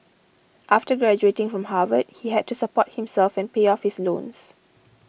after graduating from Harvard he had to support himself and pay off his loans